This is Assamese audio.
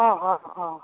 অ অ অ